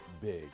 big